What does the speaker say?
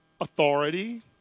authority